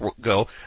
go